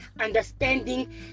Understanding